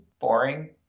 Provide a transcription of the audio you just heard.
boring